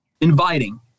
inviting